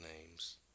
names